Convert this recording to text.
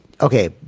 Okay